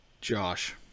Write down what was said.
Josh